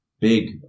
Big